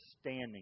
standing